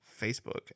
Facebook